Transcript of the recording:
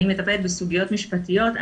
אני מטפלת בסוגיות משפטיות.